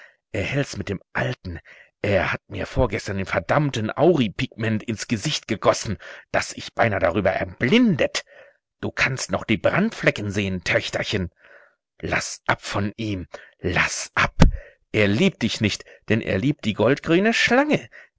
er hält's mit dem alten er hat mir vorgestern den verdammten auripigment ins gesicht gegossen daß ich beinahe darüber erblindet du kannst noch die brandflecken sehen töchterchen laß ab von ihm laß ab er liebt dich nicht denn er liebt die goldgrüne schlange